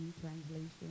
translation